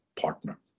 partner